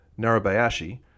Narabayashi